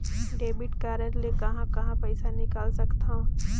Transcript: Debit card ले कहां कहां पइसा निकाल सकथन?